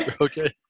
Okay